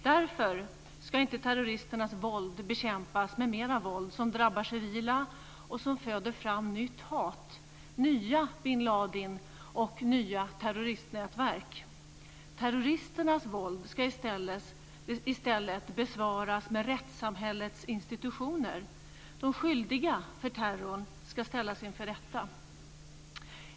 Därför ska inte terroristernas våld bekämpas med mera våld som drabbar civila och som föder fram nytt hat, nya bin Ladin och nya terroristnätverk. Terroristernas våld ska i stället besvaras med rättssamhällets institutioner. De skyldiga till terrorn ska ställas inför rätta.